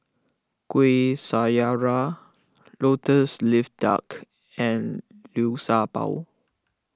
Kuih Syara Lotus Leaf Duck and Liu Sha Bao